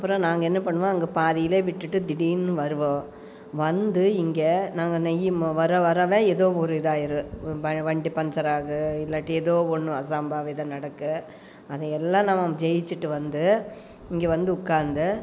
அப்புறம் நாங்கள் என்ன பண்ணுவோம் அங்கே பாதியிலேயே விட்டுட்டு திடீர்னு வருவோம் வந்து இங்கே நாங்கள் நெய்யும் வர வர தான் எதோவொரு இதாயிடும் வண்டி பஞ்சராகும் இல்லாட்டி ஏதோ ஒன்று அசம்பாவிதம் நடக்கும் அதை எல்லாம் நாம் ஜெயிச்சுட்டு வந்து இங்கே வந்து உட்காந்து